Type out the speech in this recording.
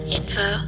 info